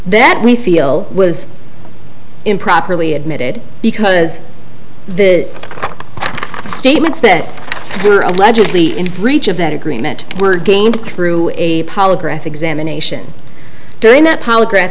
that we feel was improperly admitted because the statements that were allegedly in breach of that agreement were gained through a polygraph examination during that polygraph